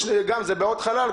גם זה בעוד חלל,